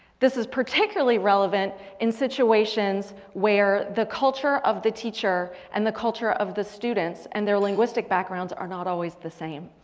this is particularly relevant in situation where the culture of the teacher and the culture of the students and their linguistic backgrounds are not always the same.